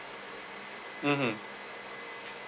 mmhmm